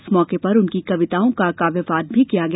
इस मौके पर उनकी कविताओं का काव्यपाठ भी किया गया